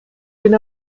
den